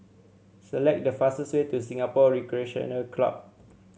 select the fastest way to Singapore Recreation Club